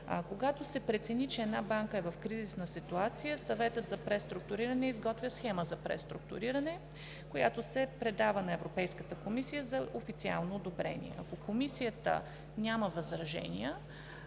Когато се прецени, че една банка е в кризисна ситуация, Съветът за преструктуриране изготвя схема за преструктуриране, която се предава на Европейската комисия за официално одобрение. Ако Комисията няма възражения,